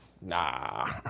nah